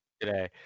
today